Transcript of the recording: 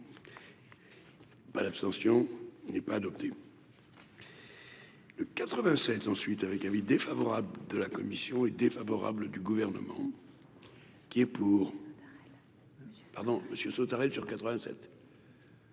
pas l'abstention n'est pas adopté. Le 87 ensuite, avec avis défavorable de la commission est défavorable du gouvernement qui est pour,